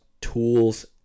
tools